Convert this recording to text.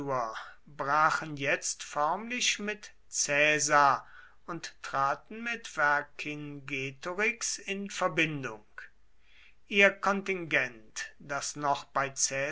brachen jetzt förmlich mit caesar und traten mit vercingetorix in verbindung ihr kontingent das noch bei